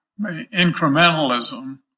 incrementalism